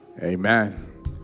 Amen